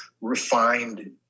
refined